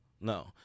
no